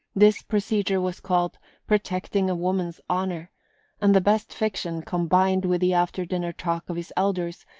this procedure was called protecting a woman's honour and the best fiction, combined with the after-dinner talk of his elders,